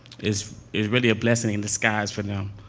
is is really a blessing in disguise for them.